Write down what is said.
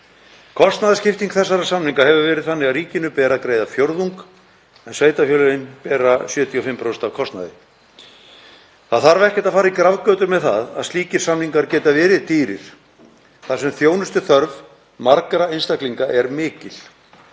Kostnaðarskipting þessara samninga hefur verið þannig að ríkinu ber að greiða fjórðung en sveitarfélögin bera 75% af kostnaði. Það þarf ekkert að fara í grafgötur með það að slíkir samningar geta verið dýrir þar sem þjónustuþörf margra einstaklinga er mikil